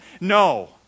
no